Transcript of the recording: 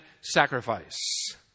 sacrifice